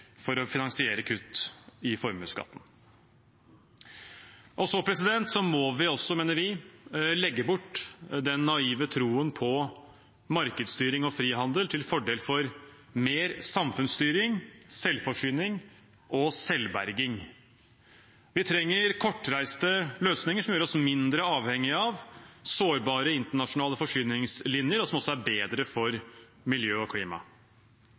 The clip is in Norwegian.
for å finansiere kutt i formuesskatten. Vi må også, mener vi, legge bort den naive troen på markedsstyring og frihandel i stedet for mer samfunnsstyring, selvforsyning og selvberging. Vi trenger kortreiste løsninger som gjør oss mindre avhengige av sårbare internasjonale forsyningslinjer, noe som også er bedre for miljø og